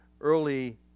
early